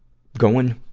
going